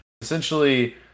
essentially